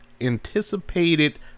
anticipated